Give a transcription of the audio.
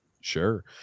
Sure